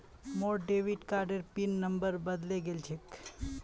मोर डेबिट कार्डेर pin number बदले गेल छेक